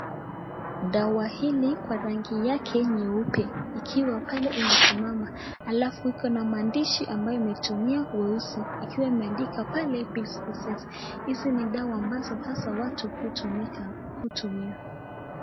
Dawa hili kwa rangi yake nyeupe ikiwa pale imesimama alafu ikona maandishi ambayo imetumia weusi, ikiwa imeandika pale pills for sex . Hizi ni dawa ambazo hasa watu hutumika hutumia.